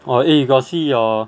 !wah! eh you got see your